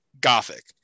Gothic